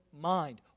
mind